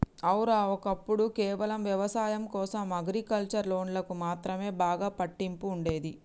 ఔర, ఒక్కప్పుడు కేవలం వ్యవసాయం కోసం అగ్రికల్చర్ లోన్లకు మాత్రమే బాగా పట్టింపు ఉండేది